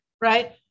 Right